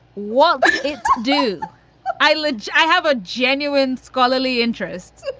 what do i look? i have a genuine scholarly interest,